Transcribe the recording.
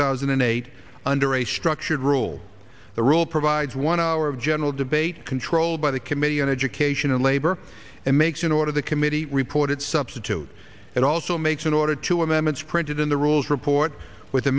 thousand and eight under a structured rule the rule provides one hour of general debate controlled by the committee on education and labor and makes an order the committee reported substitute it also makes an order to amendments printed in the rules report with